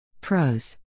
Pros